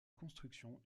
construction